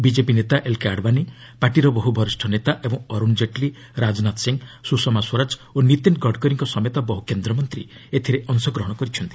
BJP ନେତା L K Advani ପାଟିର ବହୁ ବରିଷ୍ଣ ନେତା ଏବଂ ଅରୁଣ ଜେଟ୍ଲୀ ରାଜନାଥ ସିଂ ସୁଷମା ସ୍ୱରାଜ ଓ ନୀତିନ୍ ଗଡ଼କରୀଙ୍କ ସମେତ ବହୁ କେନ୍ଦ୍ରମନ୍ତ୍ରୀ ଏଥିରେ ଅଂଶଗ୍ରହଣ କରିଛନ୍ତି